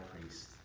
priest